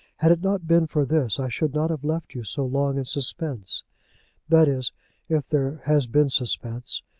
had it not been for this i should not have left you so long in suspense that is if there has been suspense.